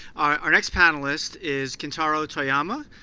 our next panelist is kentaro toyama.